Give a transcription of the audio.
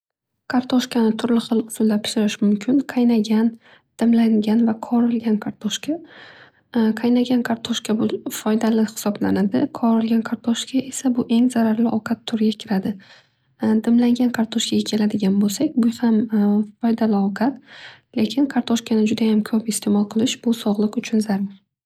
Kartoshkani turli xil usulda pishirish mumkin. Qaynagan, dimlagan va qovurilgan kartoshka. Qaynagan kartoshka bu juda ham foydali hisoblanadi. Qovurilgan kartoshka esa bu eng zararli ovqat turiga kiradi. Dimlangan kartoshkaga keladigan bo'lsak u ham foydali ovqat lekin kartoshkani judaham ko'p istemol qilish bu sog; liq uchun juda ham zarar.